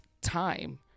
time